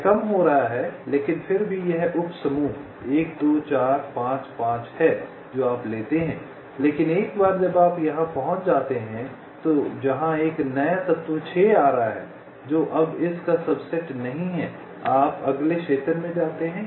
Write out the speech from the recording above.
यह कम हो रहा है लेकिन फिर भी यह उपसमूह 1 2 4 5 5 है जो आप लेते हैं लेकिन एक बार जब आप आप यहां पहुंच जाते हैं जहां एक नया तत्व 6 आ रहा हैं जो अब इस का सबसेट नहीं है आप अगले क्षेत्र में जाते हैं